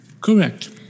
Correct